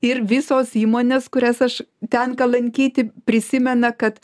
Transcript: ir visos įmonės kurias aš tenka lankyti prisimena kad